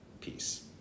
peace